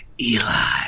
Eli